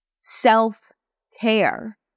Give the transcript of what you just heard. self-care